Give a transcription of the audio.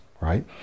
right